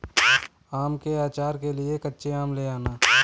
आम के आचार के लिए कच्चे आम ले आना